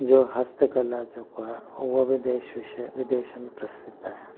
जो हस्तकला जेको आहे उहो बि देश विषय विदेश में प्रसिद्ध आहे